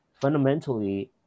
fundamentally